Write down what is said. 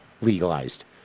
legalized